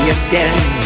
again